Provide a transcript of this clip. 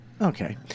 Okay